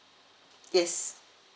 yes